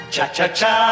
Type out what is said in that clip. Cha-cha-cha